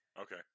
okay